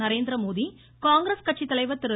நரேந்திரமோதி காங்கிரஸ் கட்சி தலைவர் திரு